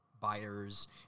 buyers